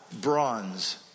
bronze